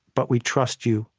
but we trust you,